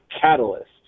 catalyst